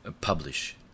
publish